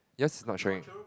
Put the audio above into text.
yes not showing